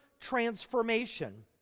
transformation